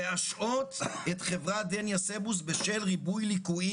להשעות את חברת דניה סבוס בשל ריבוי ליקויים